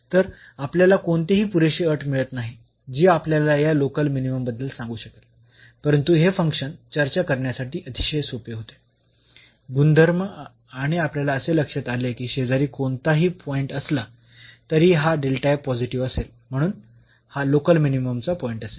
तर आपल्याला कोणतीही पुरेशी अट मिळत नाही जी आपल्याला या लोकल मिनिमम बद्दल सांगू शकेल परंतु हे फंक्शन चर्चा करण्यासाठी अतिशय सोपे होते गुणधर्म आणि आपल्या असे लक्षात आले की शेजारी कोणताही पॉईंट असला तरीही हा पॉझिटिव्ह असेल आणि म्हणून हा लोकल मिनिममचा पॉईंट असेल